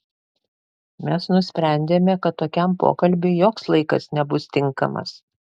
mes nusprendėme kad tokiam pokalbiui joks laikas nebus tinkamas